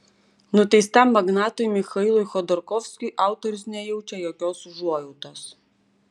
nuteistam magnatui michailui chodorkovskiui autorius nejaučia jokios užuojautos